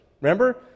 Remember